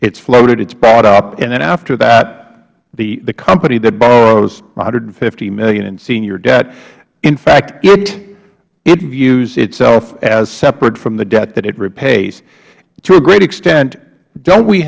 it's floated it's bought up and then after that the company that borrows one hundred and fifty million in senior debt in fact it views itself as separate from the debt that it repays to a great extent don't we